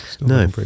No